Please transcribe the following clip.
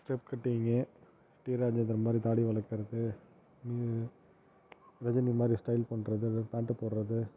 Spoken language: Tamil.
ஸ்டெப் கட்டிங்கு டி ராஜேந்தர் மாதிரி தாடி வளர்க்கறது ரஜினி மாதிரி ஸ்டெயில் பண்ணுறது அதுமாதிரி பேண்ட்டு போடுகிறது